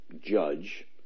Judge